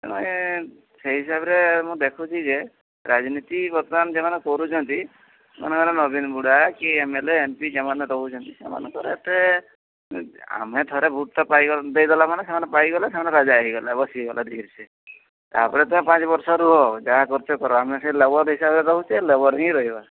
ତେଣୁ ଏ ସେଇ ହିସାବରେ ମୁଁ ଦେଖୁଛି ଯେ ରାଜନୀତି ବର୍ତ୍ତମାନ ଯେଉଁମାନେ କରୁଛନ୍ତି ମନେକର ନବୀନ ବୁଢ଼ା କି M L A M P ଯେଉଁମାନେ ରହୁଛନ୍ତି ସେମାନଙ୍କର ଏତେ ମାନେ ଆମେ ଥରେ ଭୋଟ୍ଟା ପାଇଗଲା ଦେଇଦେଲା ମାନେ ସେମାନେ ପାଇଗଲେ ସେମାନେ ରାଜା ହେଇଗଲେ ବସିଗଲେ ଧୀରେସେ ତା'ପରେ ତୁମେ ପାଞ୍ଚ ବର୍ଷ ରୁହ ଯାହା କରୁଛ କର ଆମେ ସେଇ ଲେବର୍ ହିସାବରେ ରହୁଛେ ଲେବର୍ ହିଁ ରହିବା